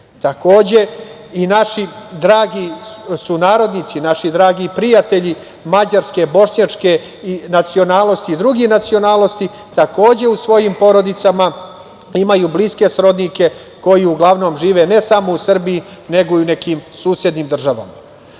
i naši dragi sunarodnici, naši dragi prijatelji mađarske, bošnjačke nacionalnosti i drugih nacionalnosti, takođe u svojim porodicama imaju bliske srodnike koji uglavnom žive, ne samo u Srbiji, nego i u nekim susednim državama. Ali,